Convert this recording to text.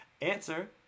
Answer